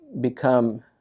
become